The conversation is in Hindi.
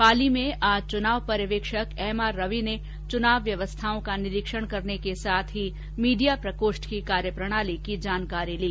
पाली में आज चुनाव पर्यवेक्षक एमआर रवी ने चुनाव व्यवस्थाओं का निरीक्षण करने के साथ ही कार्यप्रणाली की जानकारी दी